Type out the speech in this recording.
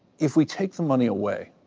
if we take the money away,